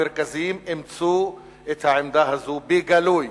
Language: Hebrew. המרכזיים אימצו את העמדה הזאת בגלוי.